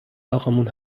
اقامون